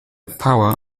power